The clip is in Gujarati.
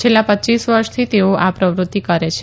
છેલ્લા પચ્યીસ વર્ષથી તેઓ આ પ્રવૃતિ કરે છે